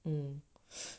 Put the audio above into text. mm